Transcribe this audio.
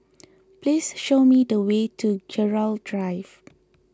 please show me the way to Gerald Drive